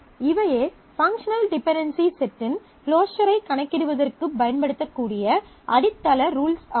இவையே functional dependency செட்டின் closure ஐக் கணக்கிடுவதற்குப் பயன்படுத்தக்கூடிய அடித்தள ரூல்ஸ் ஆகும்